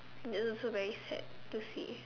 it also very sad to see